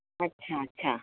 अच्छा अच्छा